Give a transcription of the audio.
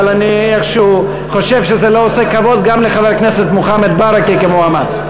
אבל אני איכשהו חושב שזה לא עושה כבוד גם לחבר הכנסת מוחמד ברכה כמועמד.